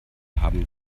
haben